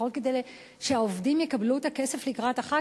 לפחות כדי שהעובדים יקבלו את הכסף לקראת החג,